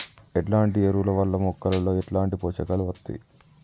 ఎట్లాంటి ఎరువుల వల్ల మొక్కలలో ఎట్లాంటి పోషకాలు వత్తయ్?